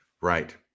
Right